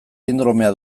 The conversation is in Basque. sindromea